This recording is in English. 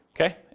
Okay